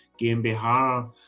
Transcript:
GmbH